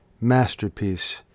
masterpiece